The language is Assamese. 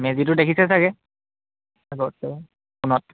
মেজিটো দেখিছে চাগে